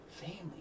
family